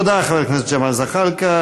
תודה, חבר הכנסת ג'מאל זחאלקה.